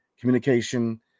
communication